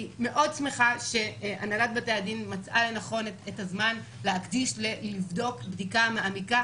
אני מאוד שמחה שהנהלת בתי הדין מצאה את הזמן להקדיש לבדיקה מעמיקה.